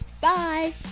bye